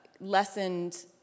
lessened